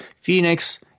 Phoenix